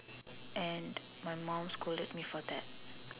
and my mum scolded me for that